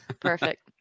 Perfect